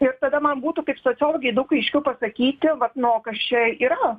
ir tada man būtų kaip sociologei daug aiškiau pasakyti vat nu o kas čia yra